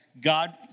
God